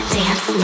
dance